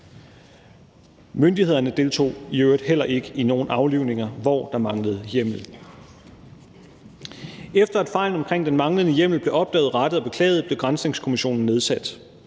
Myndighederne deltog i øvrigt heller ikke i nogen aflivninger, hvor der manglede hjemmel. Efter at fejlen omkring den manglende hjemmel blev opdaget, rettet og beklaget, blev granskningskommissionen nedsat.